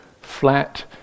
flat